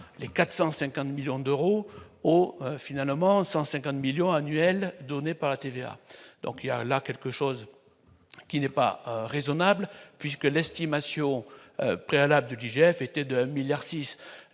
les 450 millions d'euros au finalement 150 millions annuels donnés par la TVA, donc il y a là quelque chose qui n'est pas raisonnable puisque l'estimation préalable de l'IGF, été 2 milliards